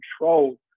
control